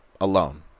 alone